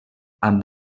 amb